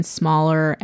smaller